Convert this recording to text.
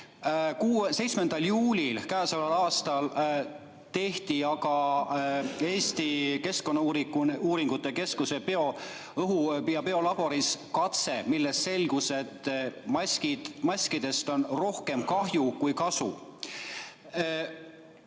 7. juulil k.a tehti aga Eesti Keskkonnauuringute Keskuse õhu- ja biolaboris katse, millest selgus, et maskidest on rohkem kahju kui kasu.